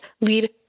lead